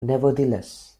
nevertheless